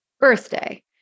birthday